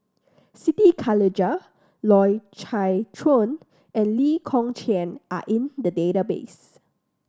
Siti Khalijah Loy Chye Chuan and Lee Kong Chian are in the database